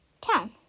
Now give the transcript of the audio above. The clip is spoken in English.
town